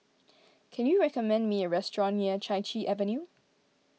can you recommend me a restaurant near Chai Chee Avenue